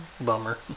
Bummer